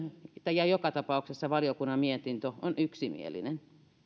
joka tapauksessa valiokunnan mietintö on yksimielinen